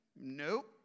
Nope